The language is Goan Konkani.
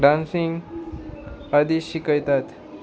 डांसींग आदी शिकयतात